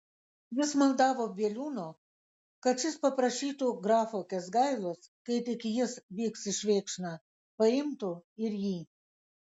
jis maldavo bieliūno kad šis paprašytų grafo kęsgailos kai tik jis vyks į švėkšną paimtų ir jį